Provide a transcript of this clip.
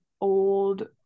old